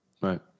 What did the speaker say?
Right